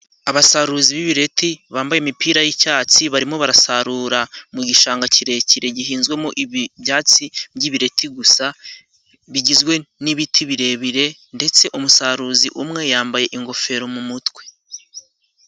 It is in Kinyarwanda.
Abasaruzi b'ibireti bambaye imipira y'icyatsi. Barimo barasarura mu gishanga kirekire gihinzwemo ibyatsi by'ibireti gusa, bigizwe n'ibiti birebire ndetse umusaruzi umwe yambaye ingofero mu mutwe.